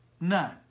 None